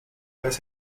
vez